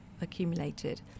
accumulated